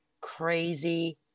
crazy